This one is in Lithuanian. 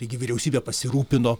taigi vyriausybė pasirūpino